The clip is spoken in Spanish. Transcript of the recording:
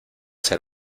ser